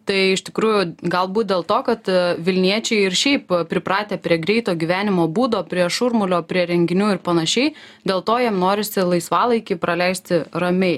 tai iš tikrųjų galbūt dėl to kad vilniečiai ir šiaip pripratę prie greito gyvenimo būdo prie šurmulio prie renginių ir panašiai dėl to jiem norisi laisvalaikį praleisti ramiai